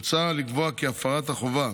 מוצע לקבוע כי הפרת החובה